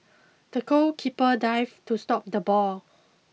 the goalkeeper dived to stop the ball